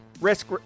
risk